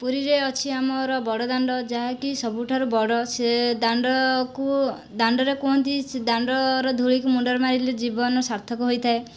ପୁରୀରେ ଅଛି ଆମର ବଡ଼ ଦାଣ୍ଡ ଯାହାକି ସବୁଠାରୁ ବଡ଼ ସେ ଦାଣ୍ଡକୁ ଦାଣ୍ଡରେ କୁହନ୍ତି ସେ ଦାଣ୍ଡର ଧୂଳିକୁ ମୁଣ୍ଡରେ ମାରିଲେ ଜୀବନ ସାର୍ଥକ ହୋଇଥାଏ